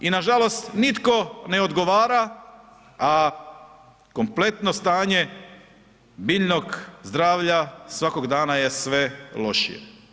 I nažalost nitko ne odgovara a kompletno stanje biljnog zdravlja svakog dana je sve lošije.